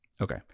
Okay